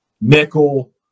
nickel